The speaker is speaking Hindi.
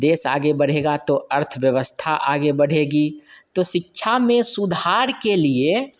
देश आगे बढ़ेगा तो अर्थव्यवस्था आगे बढ़ेगी तो शिक्षा में सुधार के लिए